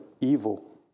evil